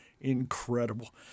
Incredible